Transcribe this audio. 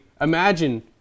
imagine